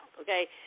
okay